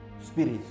Spirit